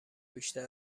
بیشتر